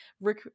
Rick